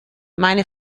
meine